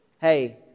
Hey